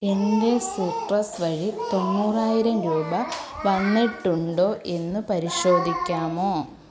എൻ്റെ സിട്രസ് വഴി തൊണ്ണൂറായിരം രൂപ വന്നിട്ടുണ്ടോ എന്ന് പരിശോധിക്കാമോ